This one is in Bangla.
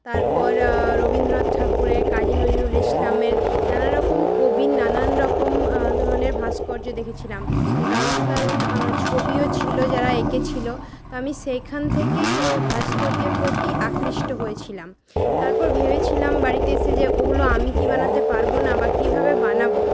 তারপর রবীন্দ্রনাথ ঠাকুরের কাজী নজরুল ইসলামের নানারকম কবির নানারকম ধরনের ভাস্কর্য্য দেখেছিলাম দারুন দারুন ছবিও ছিল যারা এঁকেছিলো তো আমি সেইখান থেকেই ওই ভাস্কর্য্যের প্রতি আকৃষ্ট হয়েছিলাম তারপর ভেবেছিলাম বাড়িতে এসে যে ওগুলো আমি কি বানাতে পারব না বা কিভাবে বানাব